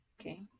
Okay